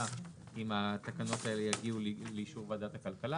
אם התקנות האלה יגיעו לאישור ועדת הכלכלה.